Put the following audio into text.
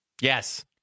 yes